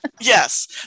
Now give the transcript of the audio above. Yes